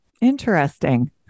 interesting